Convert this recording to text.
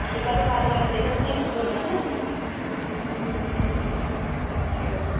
ঠিক আছে তাহলে দেখে শুনে একটু করবেন হ্যাঁ ঠিক আছে